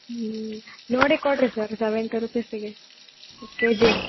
ಹ್ಞೂ ನೋಡಿ ಕೊಡಿರಿ ಸರ್ ಸೆವೆಂಟಿ ರುಪೀಸಿಗೆ ಕೆ ಜಿ